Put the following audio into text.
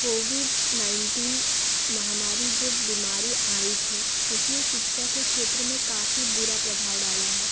Covid nineteen महामारी जो बीमारी आई थी इसने शिक्षा के क्षेत्र में काफ़ी बुरा प्रभाव डाला है